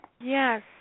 yes